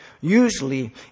Usually